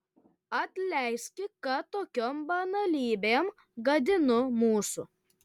atleiskit kad tokiom banalybėm gadinu mūsų